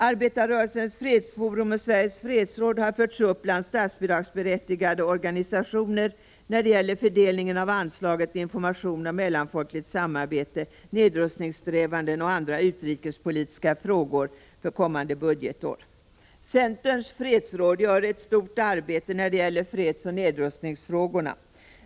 Arbetarrörelsens fredsforum och Sveriges fredsråd har förts upp bland statsbidragsberättigade organisationer när det gäller fördelningen av ansla Centerns fredsråd utför ett stort arbete när det gäller fredsoch nedrustningsfrågorna.